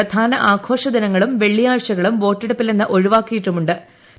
പ്രധാന ആഘോഷ ദിനങ്ങളും വെള്ളിയാഴ്ചകളും വോട്ടെടുപ്പിൽ നിന്ന് ഒഴിവാക്കിയിട്ടുമു ്